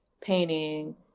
painting